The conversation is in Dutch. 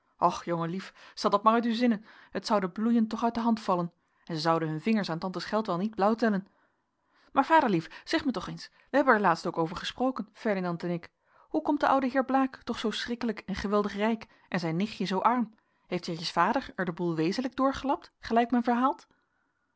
och jongenlief stel dat maar uit uw zinnen het zou de bloeien toch uit de hand vallen en ze zouden hun vingers aan tantes geld wel niet blauw tellen maar vaderlief zeg mij toch eens wij hebben er laatst ook over gesproken ferdinand en ik hoe komt de oude heer blaek toch zoo schrikkelijk en geweldig rijk en zijn nichtje zoo arm heeft jetjes vader er den boel wezenlijk doorgelapt gelijk men verhaalt